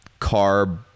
carb